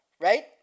Right